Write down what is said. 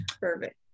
Perfect